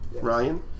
Ryan